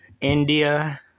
India